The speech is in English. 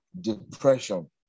depression